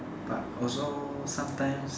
but also sometimes